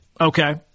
Okay